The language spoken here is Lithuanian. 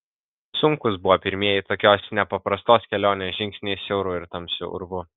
sunkūs buvo pirmieji tokios nepaprastos kelionės žingsniai siauru ir tamsiu urvu